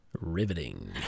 Riveting